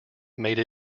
made